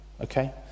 okay